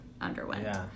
underwent